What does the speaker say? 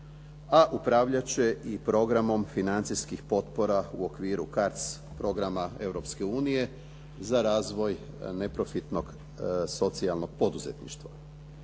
a upravljat će i programom financijskih potpora u okviru CARDS programa Europske unije za razvoj neprofitnog socijalnog poduzetništva.